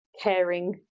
caring